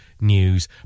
news